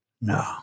No